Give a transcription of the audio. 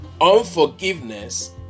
Unforgiveness